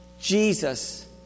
Jesus